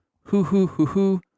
hoo-hoo-hoo-hoo